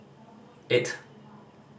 eight